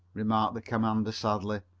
remarked the commander sadly.